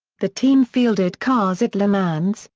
the team fielded cars at le mans,